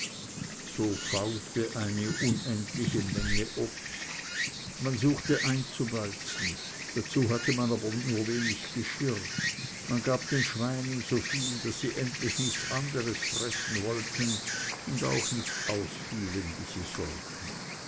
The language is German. so faulte eine unendliche menge obst man suchte einzubeizen dazu hatte man aber nur wenig geschirr man gab den schweinen so viel daß sie endlich nichts anderes fressen wollten und auch nicht ausfielen wie sie sollten